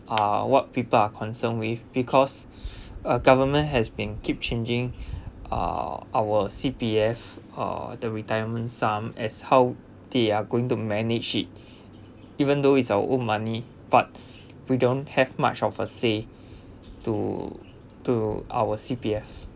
are what people are concerned with because uh government has been keep changing uh our C_P_F uh the retirement sum as how they are going to manage it even though it's our own money but we don't have much of a say to to our C_P_F